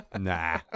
Nah